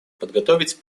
подготовить